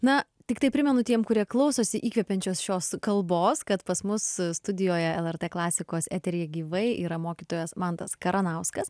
na tiktai primenu tiem kurie klausosi įkvepiančios šios kalbos kad pas mus studijoje lrt klasikos eteryje gyvai yra mokytojas mantas karanauskas